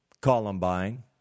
Columbine